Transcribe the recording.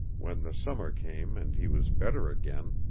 when the summer came and he was better again,